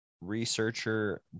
researcher